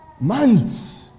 months